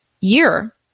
year